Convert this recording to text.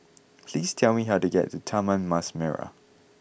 please tell me how to get to Taman Mas Merah